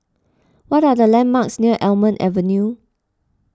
what are the landmarks near Almond Avenue